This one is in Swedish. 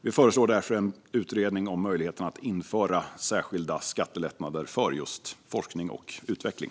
Vi föreslår därför en utredning om möjligheten att införa särskilda skattelättnader just för forskning och utveckling.